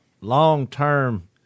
long-term